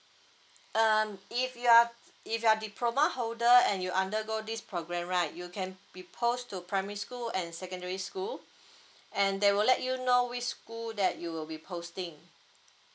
um if you are if you are diploma holder and you undergo this program right you can be post to primary school and secondary school and they will let you know which school that you will be posting